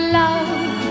love